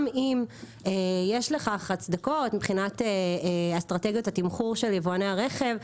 גם אם יש לכך הצדקות מבחינת אסטרטגיות התמחור של יבואני הרכב,